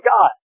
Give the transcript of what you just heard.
God